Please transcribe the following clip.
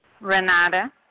Renata